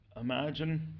Imagine